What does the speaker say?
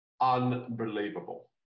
unbelievable